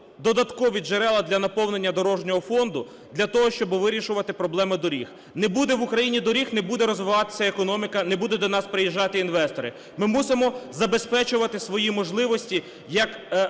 додаткові джерела для наповнення Дорожнього фонду, для того, щоби вирішувати проблеми доріг. Не буде в Україні доріг, не буде розвиватися економіка, не будуть до нас приїжджати інвестори. Ми мусимо забезпечувати свої можливості, як